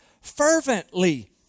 fervently